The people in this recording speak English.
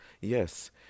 Yes